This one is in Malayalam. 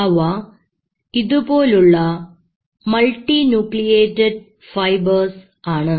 അവ ഇതുപോലുള്ള മൾട്ടിന്യൂക്രിയേറ്റ് ഫൈബേർസ് ആണ്